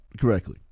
correctly